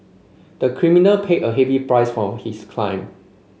the criminal paid a heavy price for his crime